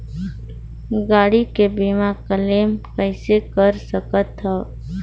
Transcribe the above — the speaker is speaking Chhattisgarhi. गाड़ी के बीमा क्लेम कइसे कर सकथव?